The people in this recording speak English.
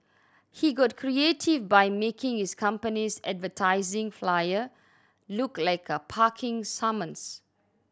he got creative by making his company's advertising flyer look like a parking summons